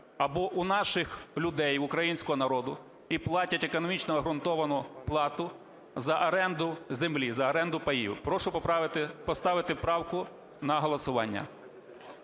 або у наших людей, в українського народу, і платять економічно обґрунтовану плату за оренду землі, за оренду паїв. Прошу поставити правку на голосування.